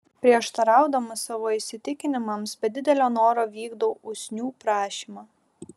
prieštaraudamas savo įsitikinimams be didelio noro vykdau usnių prašymą